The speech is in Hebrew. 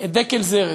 את דקל זרד.